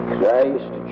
Christ